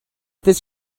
this